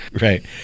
Right